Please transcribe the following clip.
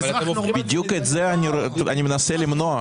בדיוק את זה אני מנסה למנוע,